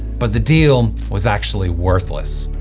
but the deal was actually worthless,